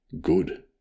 good